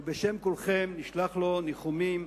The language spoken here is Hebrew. ובשם כולכם נשלח לו ניחומים.